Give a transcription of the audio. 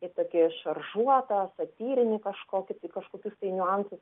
į tokį šaržuotą satyrinį kažkokį kažkokius tai niuansus